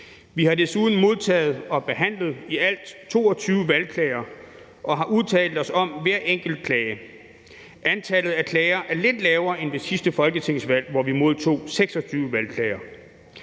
Vi har desuden modtaget og behandlet i alt 22 valgklager og har udtalt os om hver enkelt klage. Antallet af klager er lidt lavere end ved sidste folketingsvalg, hvor vi modtog 26 valgklager.